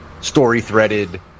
story-threaded